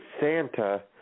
Santa